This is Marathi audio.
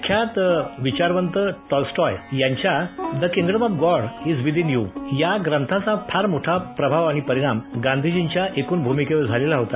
विख्यात विचारवंत टॉलस्टॉय यांच्या the kingdom of God within you या ग्रंथाचा फार मोठा प्रभाव आणि परिणाम गांधीजींच्या एकूण भूमिकेमधे झालेला होता